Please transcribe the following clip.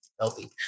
healthy